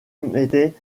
remettait